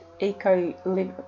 eco